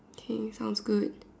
okay sounds good